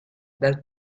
dal